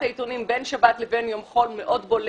העיתונים בין שבת לבין יום חול מאוד בולט.